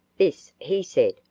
this he said,